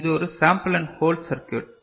இது ஒரு sample and hold circuit